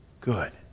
good